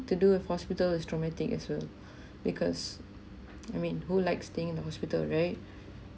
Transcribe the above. to do with hospital is traumatic as well because I mean who like staying in the hospital right